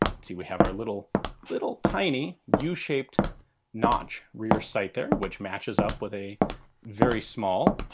see we have our little little tiny yeah u-shaped notch rear sight there, which matches up with a very small.